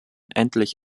endlich